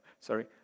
Sorry